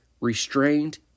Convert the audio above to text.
restrained